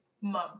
Mom